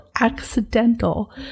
accidental